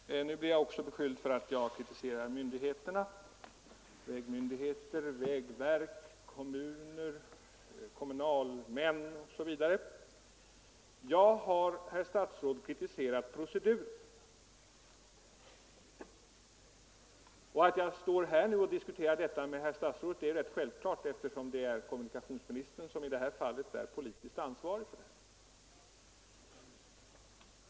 Herr talman! Nu blir jag också beskylld för att jag kritiserar myndigheterna: vägmyndigheter, vägverk, kommuner, kommunalmän osv. Jag har, herr statsråd, kritiserat proceduren. Det är rätt självklart att jag står här och diskuterar denna fråga med herr statsrådet, eftersom kommunikationsministern är politiskt ansvarig i det här fallet.